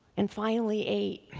and finally eight,